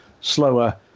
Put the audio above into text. slower